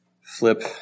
flip